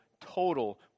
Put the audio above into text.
total